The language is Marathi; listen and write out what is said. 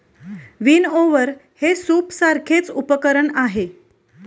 विनओवर हे सूपसारखेच उपकरण आहे